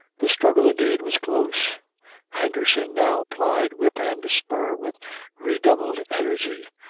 the struggle indeed was close henderson now plied whip and spur with redoubled energy,